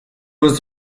was